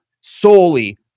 solely